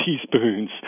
teaspoons